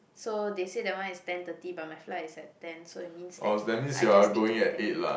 so they said that one is ten thirty but my flight is at ten so it means that I just need to be there